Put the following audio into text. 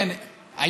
גברתי היושבת-ראש,